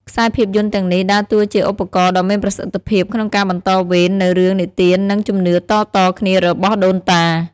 ខ្សែភាពយន្តទាំងនេះដើរតួជាឧបករណ៍ដ៏មានប្រសិទ្ធភាពក្នុងការបន្តវេននូវរឿងនិទាននិងជំនឿតៗគ្នារបស់ដូនតា។